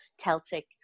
celtic